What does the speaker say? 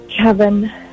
Kevin